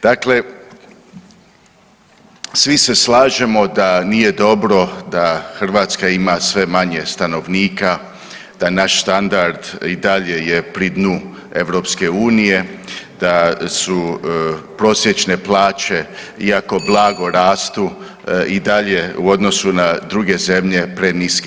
Dakle, svi se slažemo da nije dobro da Hrvatska ima sve manje stanovnika, da naš standard je i dalje pri dnu EU, da su prosječne plaće, iako blago rastu i dalje u odnosu na druge zemlje preniske.